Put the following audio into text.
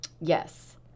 Yes